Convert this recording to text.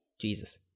Jesus